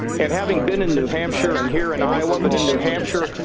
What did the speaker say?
and having been in new hampshire and here in iowa, but in new hampshire,